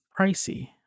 pricey